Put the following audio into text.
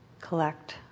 collect